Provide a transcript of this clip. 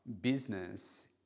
business